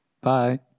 Bye